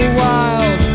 wild